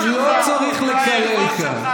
שלא חושבת שצריך לקלל כאן.